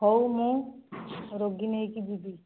ହଉ ମୁଁ ରୋଗୀ ନେଇକି ଯିବି